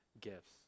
gifts